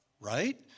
Right